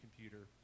computer